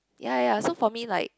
ya ya so for me like